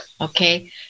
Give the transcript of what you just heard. okay